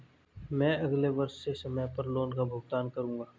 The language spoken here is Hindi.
मैं अगले वर्ष से समय पर लोन का भुगतान करूंगा